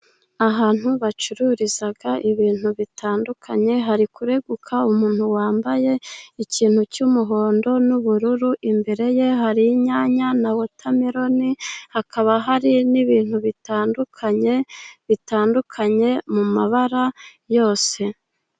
Ahantu bacururiza ibintu bitandukanye, hari kureguka umuntu wambaye ikintu cy'umuhondo n'ubururu, imbere ye hari inyanya na wotameroni, hakaba hari n'ibintu bitandukanye, bitandukanye mu mabara yose.